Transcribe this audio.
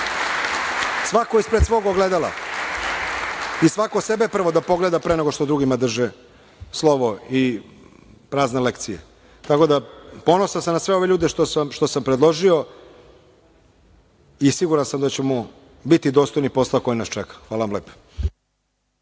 Svako ispred svog ogledala i svako sebe prvo da pogleda, pre nego što drugima drže slovo i prazne lekcije. Tako da, ponosan sam na sve ove ljude koje sam predložio i siguran sam da ćemo biti dostojni posla koji nas čeka. Hvala vam lepo.